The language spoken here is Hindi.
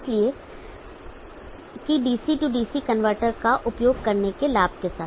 इसलिए की DC DC कनवर्टर का उपयोग करने के लाभ के साथ